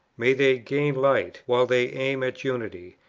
may they gain light, while they aim at unity,